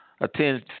attend